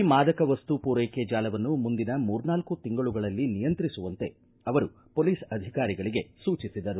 ರಾಜ್ಯದಲ್ಲಿ ಮಾದಕ ವಸ್ತು ಪೂರೈಕೆ ಜಾಲವನ್ನು ಮುಂದಿನ ಮೂರ್ನಾಲ್ಕು ತಿಂಗಳುಗಳಲ್ಲಿ ನಿಯಂತ್ರಿಸುವಂತೆ ಅವರು ಪೊಲೀಸ್ ಅಧಿಕಾರಿಗಳಿಗೆ ಸೂಚಿಸಿದರು